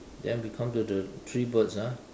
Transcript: then we come to the three birds ah